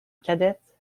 cadette